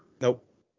Nope